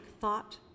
thought